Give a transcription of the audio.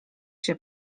się